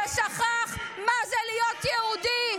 סגרת חלון אחר חלון הזדמנויות,